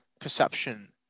perception